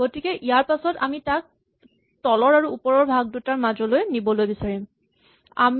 গতিকে ইয়াৰ পাছত আমি তাক তলৰ আৰু ওপৰৰ ভাগ দুটাৰ মাজলৈ নিবলৈ বিচাৰিম